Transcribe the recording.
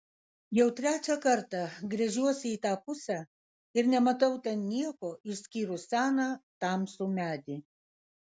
jau trečią kartą gręžiuosi į tą pusę ir nematau ten nieko išskyrus seną tamsų medį